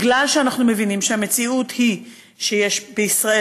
בגלל שאנחנו מבינים שהמציאות היא שיש בישראל